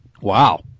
Wow